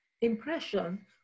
impression